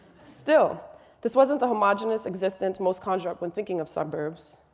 still this wasn't a homogeneous existence most conjure up when thinking of suburbs.